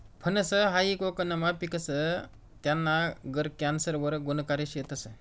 फनस हायी कोकनमा पिकस, त्याना गर कॅन्सर वर गुनकारी शेतस